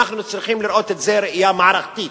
אנחנו צריכים לראות את זה ראייה מערכתית,